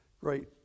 great